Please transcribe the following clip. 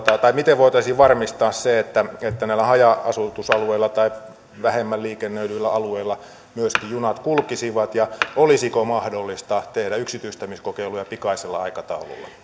tai miten voitaisiin varmistaa se että näillä haja asutusalueilla tai vähemmän liikennöidyillä alueilla myöskin junat kulkisivat ja olisiko mahdollista tehdä yksityistämiskokeiluja pikaisella aikataululla